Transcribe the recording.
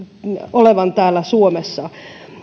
olevan täällä suomessa